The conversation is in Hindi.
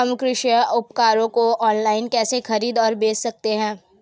हम कृषि उपकरणों को ऑनलाइन कैसे खरीद और बेच सकते हैं?